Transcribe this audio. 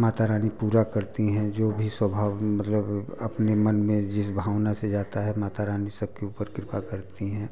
माता रानी पूरा करती हैं जो भी स्वभाव मतलब अपने मन में जिस भावना से जाता है माता रानी सब के ऊपर किरपा करती हैं